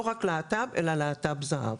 לא רק להט"ב, אלא להט"ב זהב.